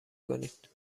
کنید